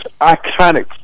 iconic